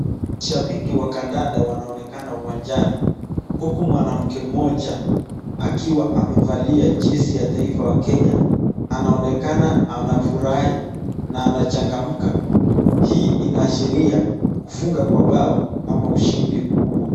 Shabiki wa kandanda wanonekana uwanjani huku mwanamke mmoja akiwa amevalia jezi ya taifa la Kenya anaonekana anafurai na anachangamka. Hii inaashiria kufunga kwa bao ama ushindi kubwa.